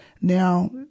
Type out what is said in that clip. now